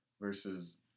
versus